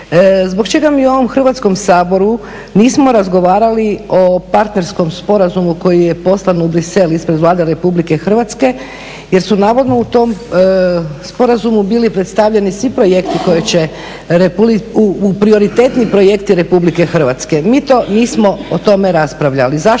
Zbog čega mi u ovom Hrvatskom saboru nismo razgovarali o partnerskom sporazumu koji je poslan u Brisel ispred Vlada Republike Hrvatske jer su navodno u tom sporazumu bili predstavljeni svi prioritetni projekti Republike Hrvatske? Mi to nismo o tome raspravljali.